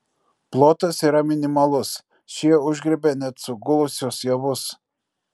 plotas yra minimalus šie užgriebia net sugulusius javus